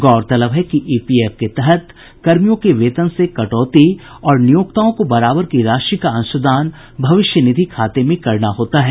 गौरतलब है कि ईपीएफ के तहत कर्मियों के वेतन से कटौती और नियोक्ताओं को बराबर की राशि का अंशदान भविष्य निधि खाते में करना होता है